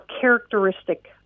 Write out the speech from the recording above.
characteristic